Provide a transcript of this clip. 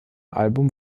album